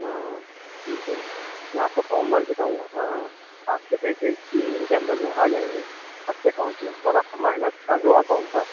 हाँ ठीक है मैं आपका फ़ॉम भर देता हूँ आपके पैसे तीन दिन के अंदर में आ जाएँगे आपके एकाउंट में और आपका माइनस का जो अकाउंट था